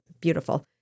beautiful